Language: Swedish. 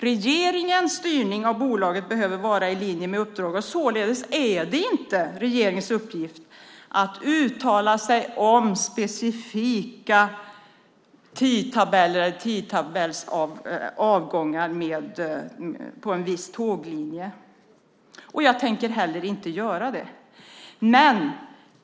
Regeringens styrning av bolaget behöver vara i linje med uppdraget, och således är det inte regeringens uppgift att uttala sig om specifika tidtabeller och avgångar för en viss tåglinje. Jag tänker inte heller göra det.